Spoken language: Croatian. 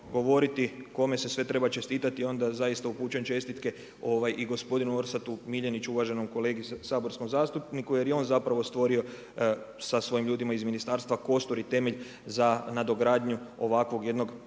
kome se sve treba čestitati, onda zaista upućujem čestitke i gospodinu Orsatu Miljeniću, uvaženom kolegi saborskom zastupniku jer je on zapravo stvorio sa svojim ljudima iz ministarstva kostur i temelj za nadogradnju ovakvog jednog